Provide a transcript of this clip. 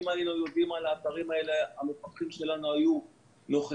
אם היינו יודעים על האתרים האלה המפקחים שלנו היו נוכחים,